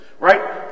Right